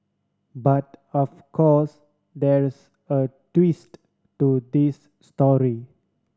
but of course there's a twist to this story